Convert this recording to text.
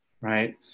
Right